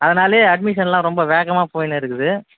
அதனாலேயே அட்மிஷன்லாம் ரொம்ப வேகமாக போகின்னு இருக்குது